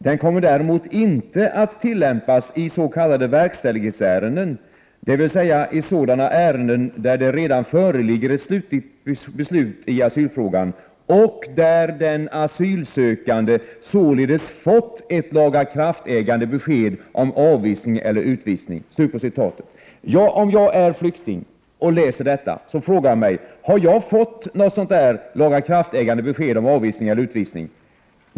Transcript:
Den kommer däremot inte att tillämpas i s.k. verkställighetsärenden, dvs. i sådana ärenden där det redan föreligger ett slutligt beslut i asylfrågan och där den asylsökande således fått ett lagakraftägande besked om avvisning eller utvisning.” 107 Om jag är flykting och läser detta, resonerar jag så här: ”Har jag fått något sådant där lagakraftägande besked om avvisning eller utvisning?